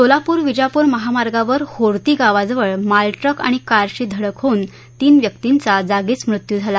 सोलापूर विजापूर महामार्गावर होर्ती गावाजवळ मालट्रक आणि कारची धडक होऊन तीन व्यक्तींचा जागीच मृत्यू झाला